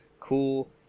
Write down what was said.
cool